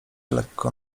lekko